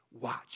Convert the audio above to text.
watch